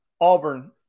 Auburn